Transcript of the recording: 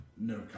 No